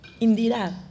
Indira